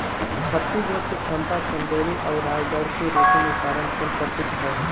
छतीसगढ़ के चंपा, चंदेरी आउर रायगढ़ के रेशम उत्पादन केंद्र प्रसिद्ध हौ